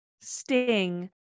Sting